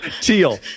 Teal